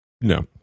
no